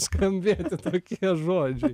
skambi tokie žodžiai